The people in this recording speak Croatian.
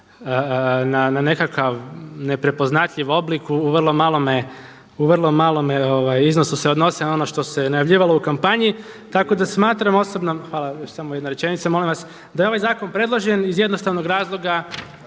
na nekakav neprepoznatljiv oblik u vrlo malome iznosu se odnose na ono što se je najavljivalo u kampanji. Tako da smatram osobno …/Upadica se ne čuje./… hvala još samo jedna rečenica molim vas, da je ovaj zakon predložen iz jednostavnog razloga